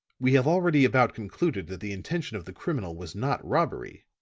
we have already about concluded that the intention of the criminal was not robbery,